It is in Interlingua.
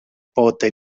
pote